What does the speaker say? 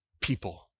people